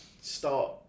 start